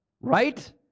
right